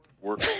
work